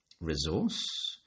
resource